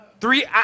Three